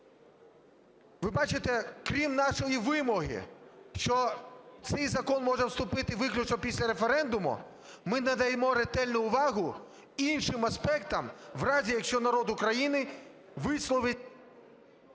Ви бачите, крім нашої вимоги, що цей закон може вступити виключно після референдуму, ми надаємо ретельну увагу іншим аспектам в разі, якщо народ України висловить…